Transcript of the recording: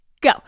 Go